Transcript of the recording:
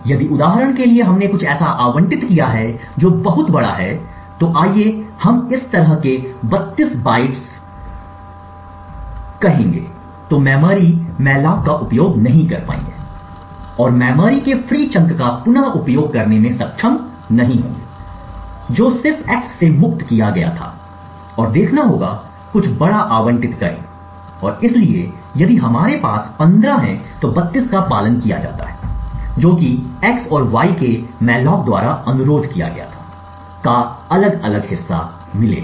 यदि उदाहरण के लिए हमने कुछ ऐसा आवंटित किया है जो बहुत बड़ा है तो आइए हम इस तरह के 32 बाइट्स कहेंगे तो मेमोरी मैलोक का उपयोग नहीं कर पाएंगे और मेमोरी के फ्री चंक का पुन उपयोग करने में सक्षम नहीं होंगे जो सिर्फ x से मुक्त किया गया था और देखना होगा कुछ बड़ा आवंटित करें और इसलिए यदि हमारे पास 15 हैं तो 32 का पालन किया जाता है जो कि x और y के मॉलोक द्वारा अनुरोध किया गया था का अलग अलग हिस्सा मिलेगा